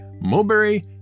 Mulberry